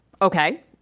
Okay